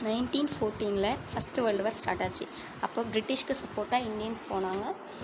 nineteen ஃபோர்ட்டீன்ல first world war start ஆச்சு அப்போ ப்ரிட்டிஷ்க்கு சப்போர்ட்டாக இண்டியன்ஸ் போனாங்கள்